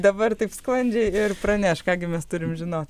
dabar taip sklandžiai ir pranešk ką gi mes turim žinot